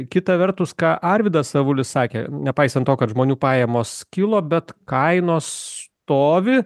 kita vertus ką arvydas avulis sakė nepaisant to kad žmonių pajamos kilo bet kainos stovi